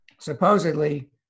supposedly